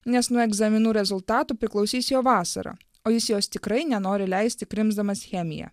nes nuo egzaminų rezultatų priklausys jo vasara o jis jos tikrai nenori leisti krimsdamas chemiją